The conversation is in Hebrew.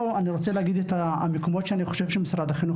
אני רוצה להגיד את המקומות שאני חושב שמשרד החינוך